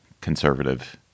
conservative